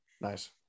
Nice